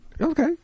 okay